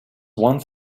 one